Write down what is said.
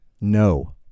No